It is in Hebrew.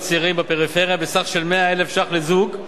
צעירים בפריפריה בסך 100,000 שקלים לזוג.